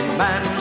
man